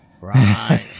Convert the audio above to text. Right